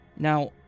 Now